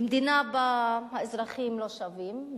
במדינה שבה האזרחים לא שווים,